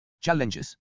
Challenges